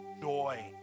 joy